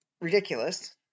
ridiculous